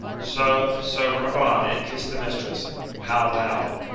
so, so rub on, and kiss the mistress how now,